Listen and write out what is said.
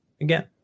again